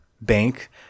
Bank